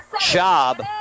job